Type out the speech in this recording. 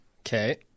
Okay